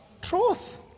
Truth